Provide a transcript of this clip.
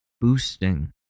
boosting